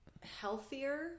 healthier